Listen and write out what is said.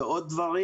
ועוד דברים.